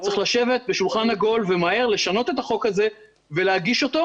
צריך לשבת בשולחן עגול ומהר לשנות את החוק הזה ולהגיש אותו,